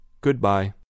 goodbye